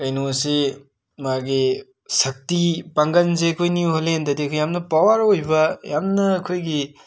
ꯀꯩꯅꯣꯁꯤ ꯃꯥꯒꯤ ꯁꯛꯇꯤ ꯄꯪꯒꯟꯁꯦ ꯑꯩꯈꯣꯏ ꯅ꯭ꯌꯨ ꯍꯣꯂꯦꯟꯗꯗꯤ ꯌꯥꯝ ꯄꯋꯔ ꯑꯣꯏꯕ ꯌꯥꯝꯅ ꯑꯩꯈꯣꯏꯒꯤ